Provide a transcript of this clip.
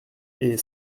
est